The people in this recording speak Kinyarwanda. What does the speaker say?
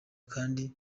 kandi